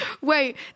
Wait